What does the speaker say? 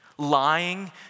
Lying